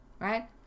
right